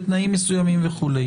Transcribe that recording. בתנאים מסוימים וכו'.